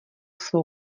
svou